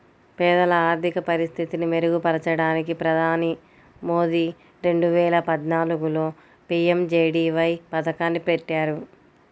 పేదల ఆర్థిక పరిస్థితిని మెరుగుపరచడానికి ప్రధాని మోదీ రెండు వేల పద్నాలుగులో పీ.ఎం.జే.డీ.వై పథకాన్ని పెట్టారు